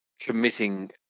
committing